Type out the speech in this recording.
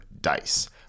Dice